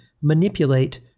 manipulate